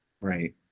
Right